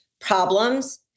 problems